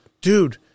Dude